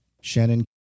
Shannon